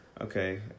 Okay